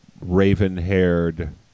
raven-haired